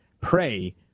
pray